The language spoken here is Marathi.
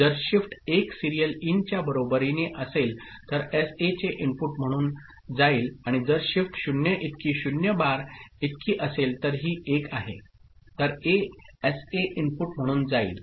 जर शिफ्ट 1 सीरियल इन च्या बरोबरीने असेल तर एसए चे इनपुट म्हणून जाईल आणि जर शिफ्ट 0 इतकी 0 बार इतकी असेल तर ही 1 आहे तर ए एसए इनपुट म्हणून जाईल